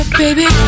baby